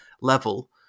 level